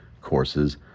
Courses